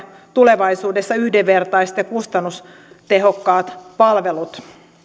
tulevaisuudessa yhdenvertaiset ja kustannustehokkaat palvelut